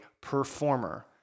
performer